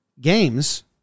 games